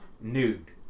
Nude